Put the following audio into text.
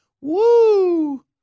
Woo